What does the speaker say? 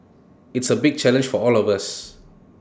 it's A big challenge for all of us